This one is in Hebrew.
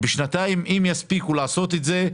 אם יספיקו לעשות את זה בשנתיים,